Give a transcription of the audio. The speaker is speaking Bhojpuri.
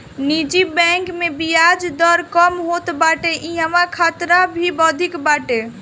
निजी बैंक में बियाज दर कम होत बाटे इहवा खतरा भी अधिका बाटे